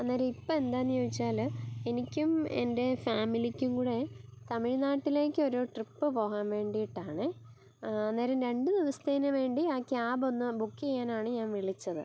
അന്നേരം ഇപ്പം എന്താന്ന് ചോദിച്ചാൽ എനിക്കും എൻ്റെ ഫാമിലിക്കും കൂടെ തമിഴ് നാട്ടിലേക്കൊരു ട്രിപ്പ് പോകാൻ വേണ്ടീട്ടാണ് അന്നേരം രണ്ട് ദിവസത്തതിന് വേണ്ടി ആ ക്യാബൊന്ന് ബുക്ക് ചെയ്യാനാണ് ഞാൻ വിളിച്ചത്